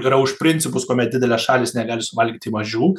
yra už principus kuomet didelės šalys negali suvalgyti mažų